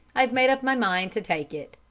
i've made up my mind to take it.